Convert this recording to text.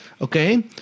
okay